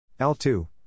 L2